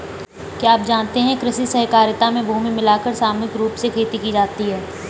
क्या आप जानते है कृषि सहकारिता में भूमि मिलाकर सामूहिक रूप से खेती की जाती है?